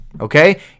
Okay